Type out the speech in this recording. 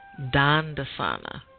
Dandasana